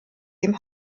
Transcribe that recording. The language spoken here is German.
dem